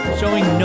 showing